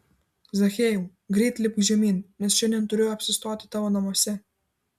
zachiejau greit lipk žemyn nes šiandien turiu apsistoti tavo namuose